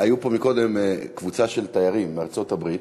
הייתה כאן קודם קבוצה של תיירים מארצות-הברית,